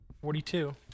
Forty-two